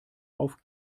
auf